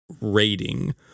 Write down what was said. rating